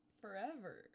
Forever